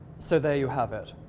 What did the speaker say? so there you have it.